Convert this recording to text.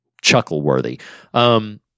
chuckle-worthy